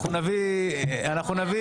אנחנו נביא צדק.